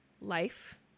life